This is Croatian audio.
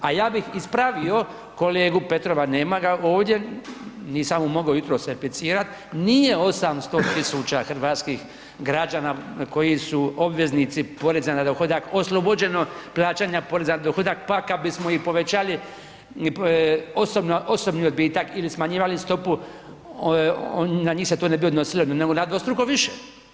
A ja bih ispravio kolegu Petrova, nema ga ovdje, nisam mu mogao jutros replicirati nije 800 tisuća hrvatskih građana koji su obveznici poreza na dohodak oslobođeno plaćanja poreza na dohodak pa kad bismo i povećali osobni odbitak ili smanjivali stopu na njih se to ne bi odnosilo nego na dvostruko više.